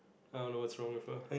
I don't know what's wrong with her